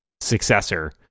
successor